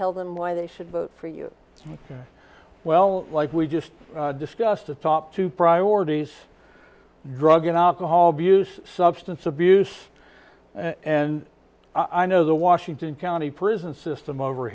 tell them why they should vote for you well like we just discussed the top two priorities drug and alcohol abuse substance abuse and i know the washington county prison system over